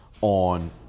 on